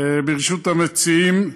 ברשות המציעים,